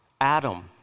Adam